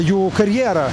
jų karjerą